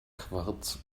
quarz